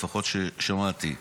לפחות ששמעתי.